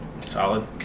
Solid